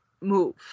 move